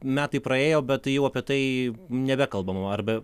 metai praėjo bet jau apie tai nebekalbama arbe